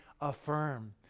affirm